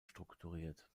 strukturiert